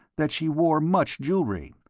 that she wore much jewelery,